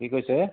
কি কৈছে